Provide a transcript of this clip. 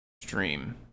stream